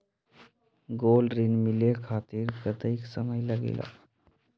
Gold ऋण मिले खातीर कतेइक समय लगेला?